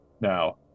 now